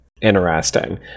interesting